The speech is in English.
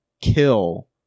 kill